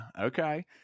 Okay